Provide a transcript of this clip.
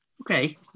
Okay